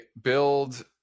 build